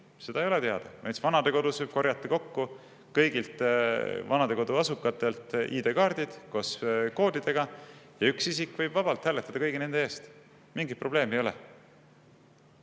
ei ole teada. Näiteks vanadekodus võib korjata kokku kõigilt vanadekodu asukatelt ID‑kaardid koos koodidega ja üks isik võib vabalt hääletada kõigi nende eest, mingit probleemi ei ole.